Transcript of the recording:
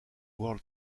world